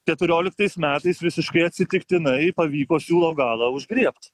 keturioliktais metais visiškai atsitiktinai pavyko siūlo galą užgriebt